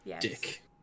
dick